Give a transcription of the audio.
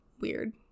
weird